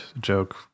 joke